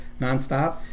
nonstop